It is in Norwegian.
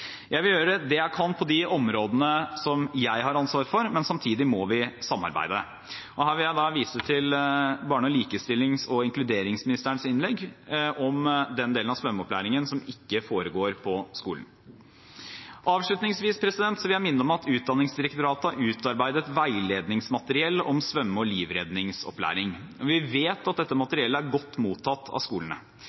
Jeg vil gjøre det jeg kan på de områdene som jeg har ansvar for, men samtidig må vi samarbeide. Her vil jeg vise til barne-, likestillings- og inkluderingsministerens innlegg om den delen av svømmeopplæringen som ikke foregår på skolen. Avslutningsvis vil jeg minne om at Utdanningsdirektoratet har utarbeidet veiledningsmateriell om svømme- og livredningsopplæring. Vi vet at dette materiellet er godt mottatt på skolene.